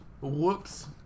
whoops